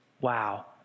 wow